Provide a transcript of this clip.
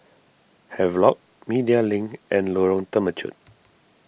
Havelock Media Link and Lorong Temechut